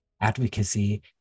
advocacy